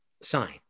sign